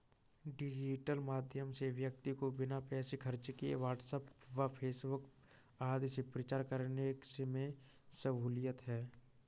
digital माध्यम से व्यक्ति को बिना पैसे खर्च किए व्हाट्सएप व फेसबुक आदि से प्रचार करने में सहूलियत है